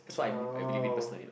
oh